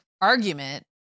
argument